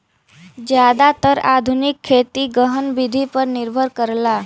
जादातर आधुनिक खेती गहन विधि पर निर्भर करला